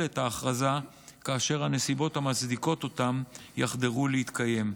את ההכרזה כאשר הנסיבות המצדיקות אותה יחדלו להתקיים.